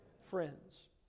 Friends